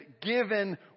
given